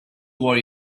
worry